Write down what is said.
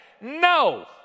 no